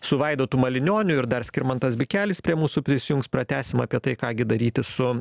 su vaidotu malinioniu ir dar skirmantas bikelis prie mūsų prisijungs pratęsim apie tai ką gi daryti su